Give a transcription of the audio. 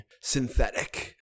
synthetic